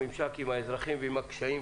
נשמע על הממשק שלהם עם האוכלוסייה ועל הקשיים